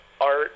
art